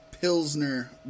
Pilsner